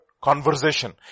Conversation